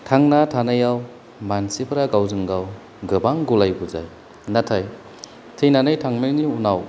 थांना थानायाव मानसिफोरा गावजों गाव गोबां गुलाय गुजाय नाथाय थैनानै थांनायनि उनाव